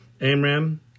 Amram